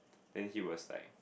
then he was like